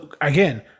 again